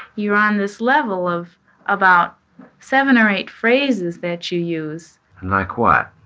you're on this level of about seven or eight phrases that you use like what?